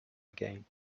again